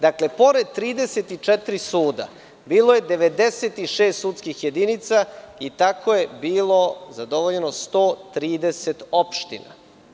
Dakle, pored 34 suda bilo je 96 sudskih jedinica i tako je bilo zadovoljeno 130 opština.